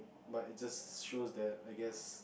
but it just shows that I guess